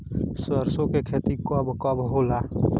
सरसों के खेती कब कब होला?